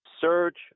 Search